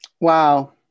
Wow